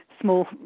small